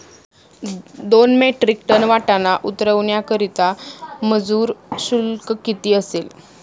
दोन metric ton वाटाणा उतरवण्याकरता मजूर शुल्क किती असेल?